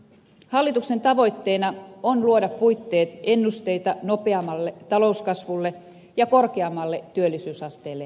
hallituksen tavoitteena on luoda puitteet ennusteita nopeammalle talouskasvulle ja korkeammalle työllisyysasteelle koko maassa